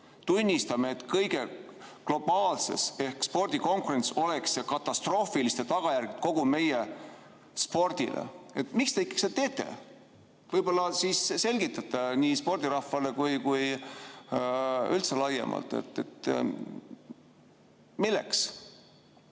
Tunnistame, et kõige globaalses ehk spordikonkurentsis oleks see katastroofiliste tagajärgedega kogu meie spordile." Miks te ikkagi seda teete? Võib-olla selgitate nii spordirahvale kui ka üldse laiemalt? Milleks?